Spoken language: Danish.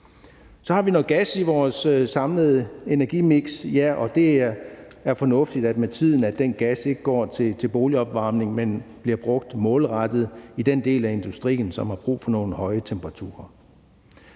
Så har vi noget gas i vores samlede energimiks, og det er fornuftigt, at den gas med tiden ikke går til boligopvarmning, men bliver brugt målrettet i den del af industrien, der har brug for nogle høje temperaturer.